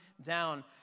down